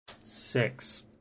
Six